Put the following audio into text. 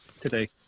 today